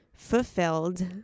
fulfilled